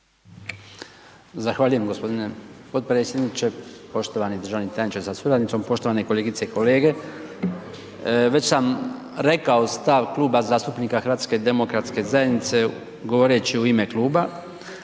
Zahvaljujem gospodine potpredsjedniče. Poštovani državni tajniče sa suradnicom, poštovane kolegice i kolege. Već sam rekao stav Kluba zastupnika HDZ-a govoreći u ime kluba,